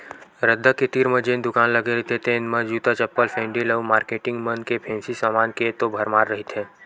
रद्दा के तीर म जेन दुकान लगे रहिथे तेन म जूता, चप्पल, सेंडिल अउ मारकेटिंग मन के फेंसी समान के तो भरमार रहिथे